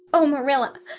oh, marilla,